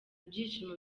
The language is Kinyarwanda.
ibyishimo